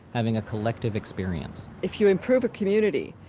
having a collective experience if you improve a community,